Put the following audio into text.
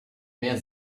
mehr